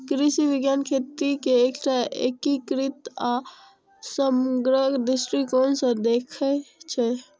कृषि विज्ञान खेती कें एकटा एकीकृत आ समग्र दृष्टिकोण सं देखै छै